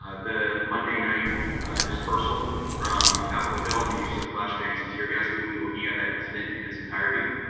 um the monday night dispersal from capitol hill, and the use of flash bangs and teargas, we will be looking at that incident in its entirety.